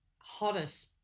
hottest